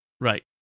Right